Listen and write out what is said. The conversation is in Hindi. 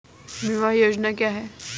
बीमा योजना क्या है?